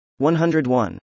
101